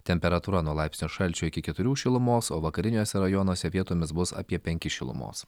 temperatūra nuo laipsnio šalčio iki keturių šilumos o vakariniuose rajonuose vietomis bus apie penkis šilumos